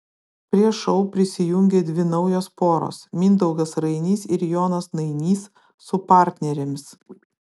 prie šou prisijungė dvi naujos poros mindaugas rainys ir jonas nainys su partnerėmis